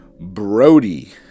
Brody